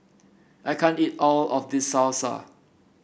I can't eat all of this Salsa